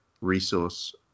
resource